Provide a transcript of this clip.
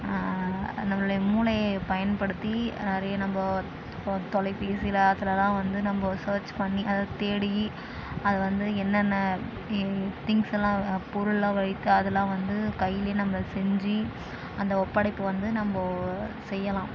நம்மளுடைய மூளையை பயன்படுத்தி நிறைய நம்ம இப்போ தொலைபேசியில அதிலலாம் வந்து நம்ம சர்ச் பண்ணி அதாவது தேடி அதை வந்து என்னென்ன ஏ திங்க்ஸ் எல்லாம் பொருள்லெலாம் வைத்து அதெலாம் வந்து கையிலே நம்ம செஞ்சி அந்த ஒப்படைப்ப வந்து நம்ம செய்யலாம்